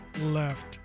left